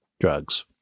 Drugs